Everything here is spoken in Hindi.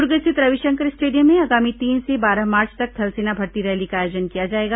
दुर्ग स्थित रविशंकर स्टेडियम में आगामी तीन से बारह मार्च तक थल सेना भर्ती रैली का आयोजन किया जाएगा